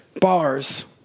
bars